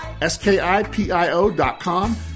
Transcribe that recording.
S-K-I-P-I-O.com